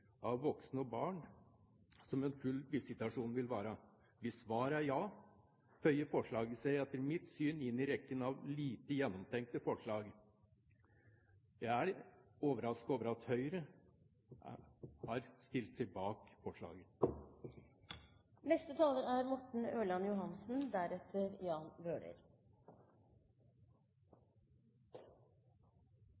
av voksne og barn som en full visitasjon vil være. Hvis svaret er ja, føyer forslaget seg etter mitt syn inn i rekken av lite gjennomtenkte forslag. Jeg er overrasket over at Høyre har stilt seg bak forslaget. Det er